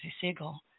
Siegel